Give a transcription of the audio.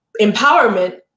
empowerment